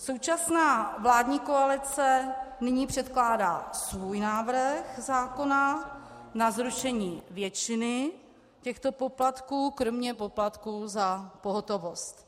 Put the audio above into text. Současná vládní koalice nyní předkládá svůj návrh zákona na zrušení většiny těchto poplatků, kromě poplatků za pohotovost.